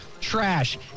trash